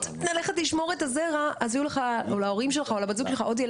זה באמת צורם ברמה הכי בסיסית.